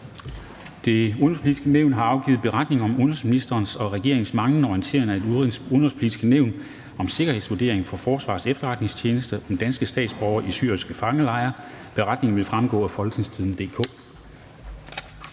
Det Udenrigspolitiske Nævn har afgivet: Beretning om udenrigsministerens og regeringens manglende orientering af Det Udenrigspolitiske Nævn om sikkerhedsvurderinger fra Forsvarets Efterretningstjeneste (FE) om danske statsborgere i syriske fangelejre. (Beretning nr. 28). Beretningen vil fremgå af www.folketingstidende.dk.